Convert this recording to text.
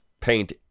paint